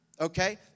Okay